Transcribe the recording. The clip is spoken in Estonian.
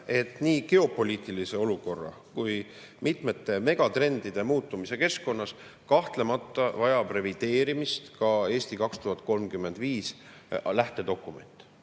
et nii geopoliitilise olukorra kui ka mitmete megatrendide muutumise tõttu vajab kahtlemata revideerimist ka "Eesti 2035" lähtedokument.